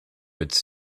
its